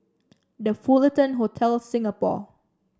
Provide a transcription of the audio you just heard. The Fullerton Hotel Singapore